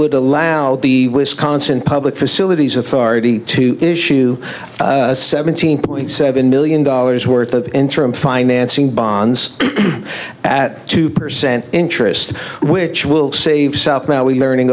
would allow the wisconsin public facilities authority to issue seventeen point seven million dollars worth of interim financing bonds at two percent interest which will save south now learning